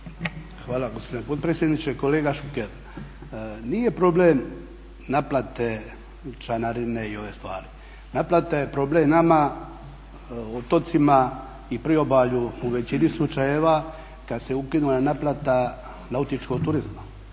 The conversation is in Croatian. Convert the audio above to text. Hvala gospodine potpredsjedniče. Kolega Šuker, nije problem naplate članarine i ove stvari, naplata je problem nama otocima i priobalju u većini slučajeva kad se je ukinula naplata nautičkog turizma